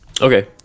Okay